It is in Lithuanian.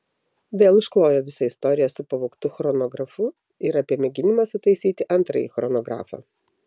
vėl išklojo visą istoriją su pavogtu chronografu ir apie mėginimą sutaisyti antrąjį chronografą